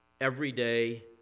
everyday